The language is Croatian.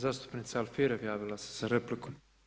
Zastupnica Alfirev javila se za repliku.